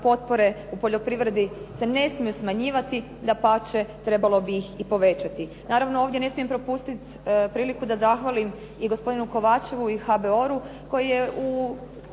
potpore u poljoprivredi se ne smiju smanjivati, dapače trebalo bi ih i povećati. Naravno ovdje ne smijem propustiti priliku da zahvalim i gospodinu Kovačevu i HBOR-u koji je u